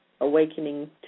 awakening